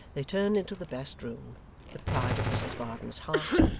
they turned into the best room the pride of mrs varden's heart,